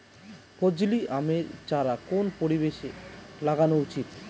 ফজলি আমের চারা কোন পরিবেশে লাগানো উচিৎ?